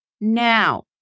now